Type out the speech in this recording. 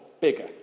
bigger